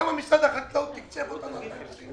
כמה משרד החקלאות תקצב אותנו ב-2020?